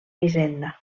hisenda